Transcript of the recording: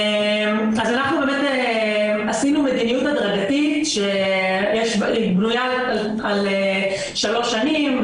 אנחנו באמת עשינו מדיניות הדרגתית שבנויה על שלוש שנים.